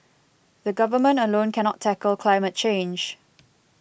the Government alone cannot tackle climate change